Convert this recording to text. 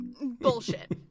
Bullshit